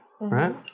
Right